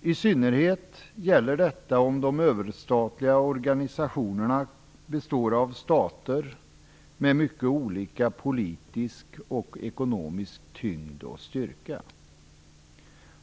I synnerhet gäller detta om de överstatliga organisationerna består av stater med mycket olika politisk och ekonomisk tyngd och styrka.